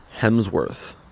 Hemsworth